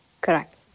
Correct